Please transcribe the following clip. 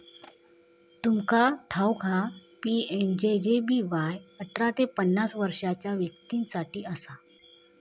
तुमका ठाऊक हा पी.एम.जे.जे.बी.वाय अठरा ते पन्नास वर्षाच्या व्यक्तीं साठी असा